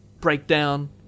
breakdown